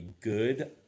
good